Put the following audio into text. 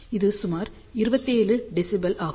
இது சுமார் 27 dBi ஆகும்